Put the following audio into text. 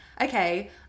okay